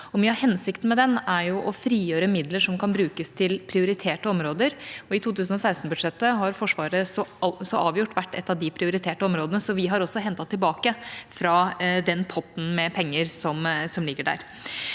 hensikten med den er å frigjøre midler som kan brukes til prioriterte områder. I 2016-budsjettet har Forsvaret så avgjort vært et av de prioriterte områdene, så vi har også hentet tilbake fra den potten med penger som ligger der.